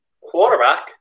quarterback